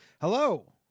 Hello